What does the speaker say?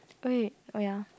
okay oh ya